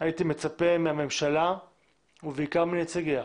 הייתי מצפה מהממשלה ובעיקר מנציגיה,